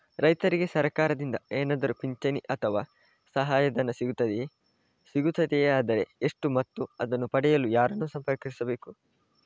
ರೈತರಿಗೆ ಸರಕಾರದಿಂದ ಏನಾದರೂ ಪಿಂಚಣಿ ಅಥವಾ ಸಹಾಯಧನ ಸಿಗುತ್ತದೆಯೇ, ಸಿಗುತ್ತದೆಯಾದರೆ ಎಷ್ಟು ಮತ್ತು ಅದನ್ನು ಪಡೆಯಲು ಯಾರನ್ನು ಸಂಪರ್ಕಿಸಬೇಕು?